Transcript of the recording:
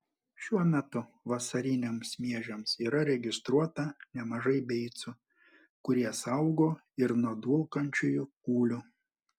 šiuo metu vasariniams miežiams yra registruota nemažai beicų kurie saugo ir nuo dulkančiųjų kūlių